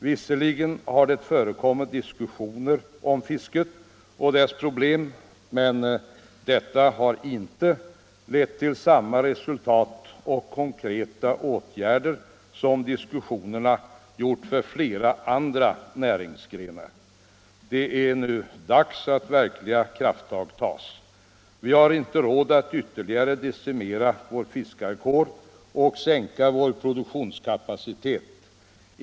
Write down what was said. Visserligen har det förekommit diskussioner om fisket och dess problem, men detta har inte lett till samma resultat och konkreta åtgärder som diskussionerna gjort för flera andra näringsgrenar. Det är nu dags att verkliga krafttag tas. Vi har inte råd att ytterligare decimera vår fiskarkår och sänka vår produktionskapacitet.